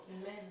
Amen